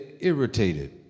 irritated